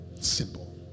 Simple